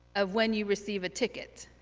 of when you receive a ticket.